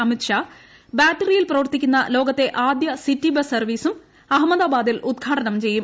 അമിത്ഷാ ബാറ്ററിയിൽ പ്രവർത്തിക്കുന്ന ലോകത്തെ ആദ്യ സിറ്റി ബസ് സർവ്വീസും അഹമ്മദാബാദിൽ ഉദ്ഘാടനം ചെയ്യും